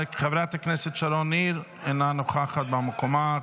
חברת הכנסת שרון ניר, אינה נוכחת במקומה.